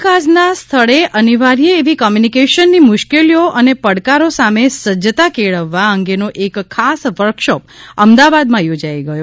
કામકાજ ના સ્થળે અનિવાર્ય એવી કોમ્યુનિકેશન ની મુશ્કેલીઓ અને પડકારો સામે સજ્જતા કેળવવા અંગેનો એક ખાસ વર્ક શોપ અમદાવાદમાં યોજાઈ ગયો